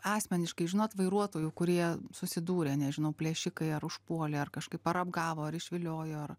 asmeniškai žinot vairuotojų kurie susidūrę nežinau plėšikai ar užpuolė ar kažkaip ar apgavo ar išviliojo